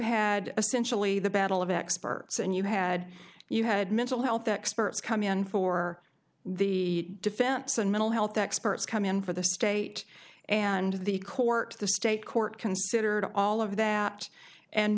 essentially the battle of experts and you had you had mental health experts coming in for the defense and mental health experts come in for the state and the court the state court considered all of that and